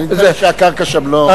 אני יודע שהקרקע שם לא,